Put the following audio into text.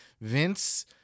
Vince